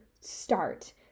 start